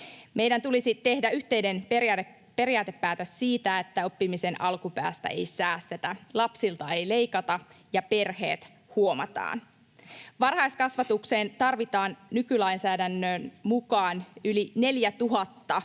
Meidän tulisi tehdä yhteinen periaatepäätös siitä, että oppimisen alkupäästä ei säästetä, lapsilta ei leikata ja perheet huomataan. Varhaiskasvatukseen tarvitaan nykylainsäädännön mukaan yli 4 000